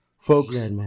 Folks